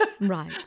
Right